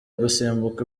gusimbuka